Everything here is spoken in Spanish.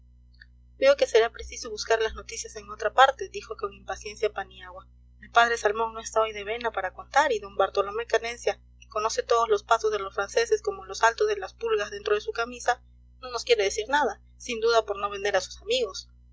veo que será preciso buscar las noticias en otra parte dijo con impaciencia paniagua el padre salmón no está hoy de vena para contar y d bartolomé canencia que conoce todos los pasos de los franceses como los saltos de las pulgas dentro de su camisa no nos quiere decir nada sin duda por no vender a sus amigos